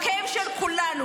כאב של כולנו.